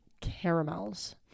caramels